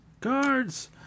Guards